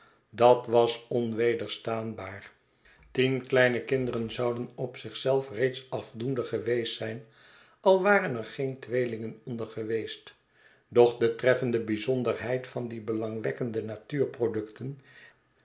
dat was onwederstaanbaar tien kleine be benoeming kinderen zouden op zich zelf reeds afdoende geweest zijn al waren er geen tweelingen onder geweest doch de treffende bijzonderheid van die